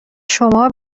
شما